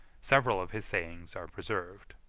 several of his sayings are preserved.